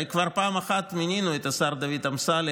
הרי כבר פעם אחת מינינו את השר דוד אמסלם